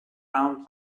round